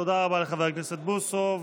תודה רבה לחבר הכנסת בוסו.